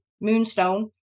Moonstone